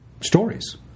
stories